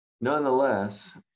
Nonetheless